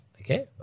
Okay